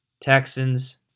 Texans